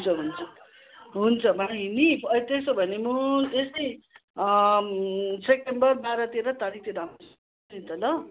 हजुर हुन्छ भाइ नि त्यसो भने म यस्तै सेप्टेम्बर बाह्र तेह्र तारिकतिर आउँछु नि त ल